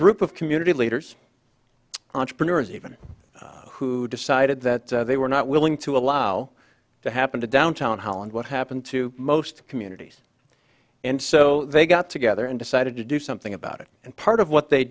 group of community leaders entrepreneurs even who decided that they were not willing to allow to happen to down town hall and what happened to most communities and so they got together and decided to do something about it and part of what they